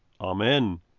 Amen